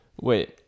wait